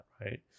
right